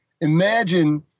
imagine